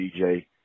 DJ